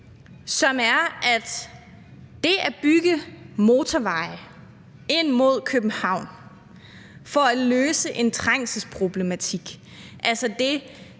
som er, at det at bygge motorveje ind mod København for at løse en trængselsproblematik – altså det,